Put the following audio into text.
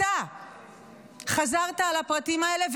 אתה חזרת על הפרטים האלה.